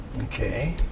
Okay